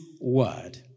word